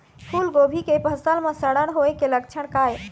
फूलगोभी के फसल म सड़न होय के लक्षण का ये?